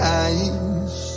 eyes